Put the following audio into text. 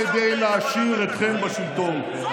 רק כדי להשאיר אתכם בשלטון.